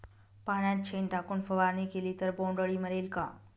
पाण्यात शेण टाकून फवारणी केली तर बोंडअळी मरेल का?